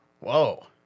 Whoa